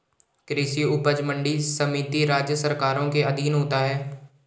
कृषि उपज मंडी समिति राज्य सरकारों के अधीन होता है